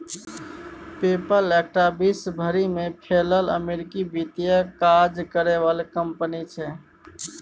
पे पल एकटा विश्व भरि में फैलल अमेरिकी वित्तीय काज करे बला कंपनी छिये